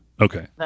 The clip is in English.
Okay